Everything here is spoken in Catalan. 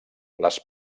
les